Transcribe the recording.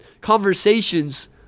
conversations